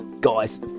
Guys